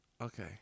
Okay